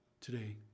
today